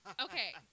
Okay